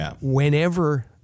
whenever